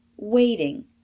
waiting